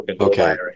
Okay